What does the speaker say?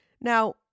Now